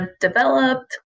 developed